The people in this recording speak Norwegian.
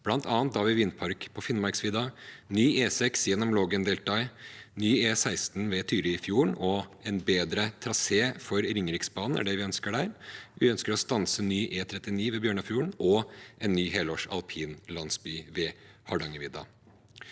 bl.a. Davvi vindpark på Finnmarksvidda, ny E6 gjennom Lågendeltaet, ny E16 ved Tyrifjorden – en bedre trasé for Ringeriksbanen er det vi ønsker der. Vi ønsker å stanse ny E39 ved Bjørnafjorden og en ny helårs alpinlandsby ved Hardangervidda.